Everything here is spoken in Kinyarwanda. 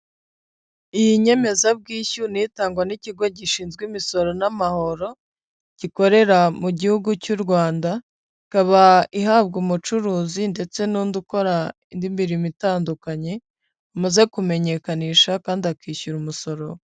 Iyi nyemezabwishyu niyo itangwa n'Ikigo gishinzwe Imisoro n'amahoro gikorera mu gihugu cy'u Rwanda, ikaba ihabwa umucuruzi ndetse n'undi ukora indi mirimo itandukanye yamaze kumenyekanisha kandi akishyura umusoro.